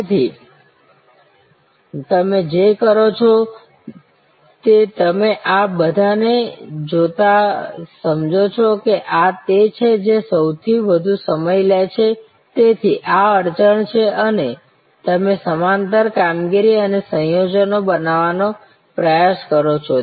તેથી તમે જે કરો છો તે તમે આ બધાને જોતા સમજો છો કે આ તે છે જે સૌથી વધુ સમય લે છે તેથી આ અડચણ છે અને તમે સમાંતર કામગીરી અને સંયોજનો બનાવવાનો પ્રયાસ કરો છો